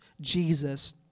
Jesus